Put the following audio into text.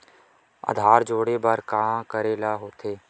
आधार जोड़े बर का करे ला होथे?